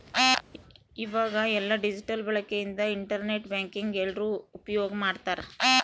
ಈವಾಗ ಎಲ್ಲ ಡಿಜಿಟಲ್ ಬಳಕೆ ಇಂದ ಇಂಟರ್ ನೆಟ್ ಬ್ಯಾಂಕಿಂಗ್ ಎಲ್ರೂ ಉಪ್ಯೋಗ್ ಮಾಡ್ತಾರ